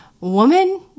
Woman